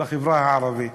בחברה הערבית